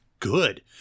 good